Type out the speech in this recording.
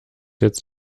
jetzt